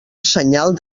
senyal